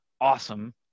awesome